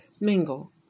mingle